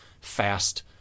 fast